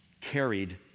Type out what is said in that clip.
carried